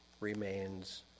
Remains